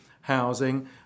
housing